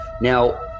Now